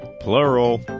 plural